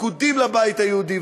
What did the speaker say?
פקודים לבית היהודי,